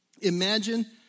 Imagine